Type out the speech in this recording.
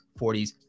40s